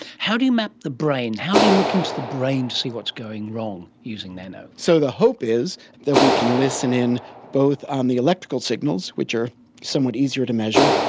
how do you map the brain, how do you look into the brain to see what's going wrong using nano? so the hope is that we can listen in both on the electrical signals, which are somewhat easier to measure,